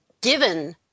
given